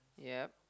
yup